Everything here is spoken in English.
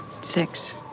Six